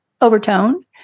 overtone